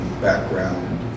background